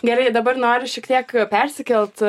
gerai dabar noriu šiek tiek persikelti